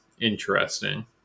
Interesting